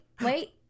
wait